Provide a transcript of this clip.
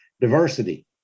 diversity